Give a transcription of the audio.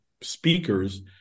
speakers